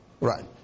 Right